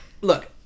look